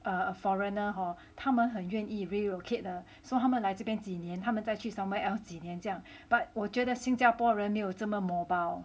err foreigner hor 他们很愿意 relocate 的 so 他们来这边几年他们再去 somewhere else 几年这样 but 我觉得新加坡人没有这么 mobile